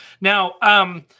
Now